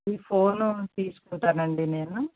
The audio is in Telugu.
ఈ ఫోను తీసుకుంటాను అండి నేను